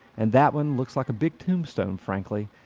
and that one looks like a victim stone frankly,